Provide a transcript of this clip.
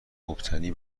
مبتنی